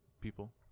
People